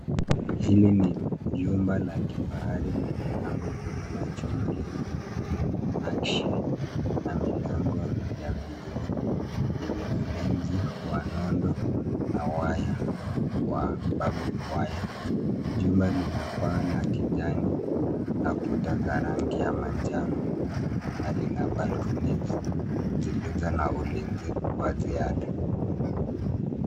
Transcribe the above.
Hili ni jumba la kifahari lenye lango kubwa la chuma lenye nakshi na milango ya vioo yenye ulinzi wa nondo na waya wa barbed wire . Jumba lina paa la kijani na kuta za rangi ya manjano na lina balconies zilizo na ulinzi wa ziada.